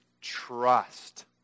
trust